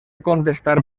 contestar